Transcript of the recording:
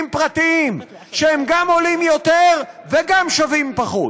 פרטיים שהם גם עולים יותר וגם שווים פחות,